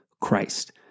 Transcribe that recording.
Christ